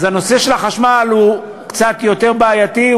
אז הנושא של החשמל הוא קצת יותר בעייתי,